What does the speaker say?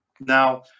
Now